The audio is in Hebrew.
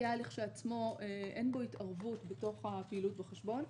אין בו התערבות בתוך הפעילות בחשבון,